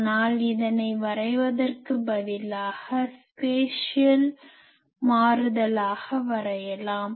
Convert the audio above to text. ஆனால் இதனை வரைவதற்கு பதிலாக ஸ்பேஷியல் spatial இடம் சார்ந்த மாறுதலாக வரையலாம்